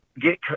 get